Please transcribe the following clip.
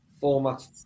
format